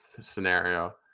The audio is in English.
scenario